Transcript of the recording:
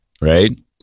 right